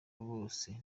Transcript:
bose